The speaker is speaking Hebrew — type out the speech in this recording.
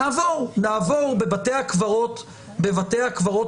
נעבור, נעבור בבתי הקברות הצבאיים,